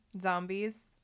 Zombies